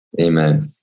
Amen